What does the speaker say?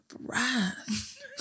breath